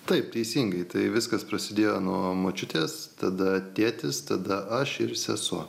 taip teisingai tai viskas prasidėjo nuo močiutės tada tėtis tada aš ir sesuo